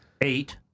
eight